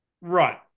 Right